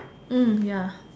mm ya